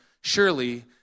surely